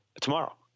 tomorrow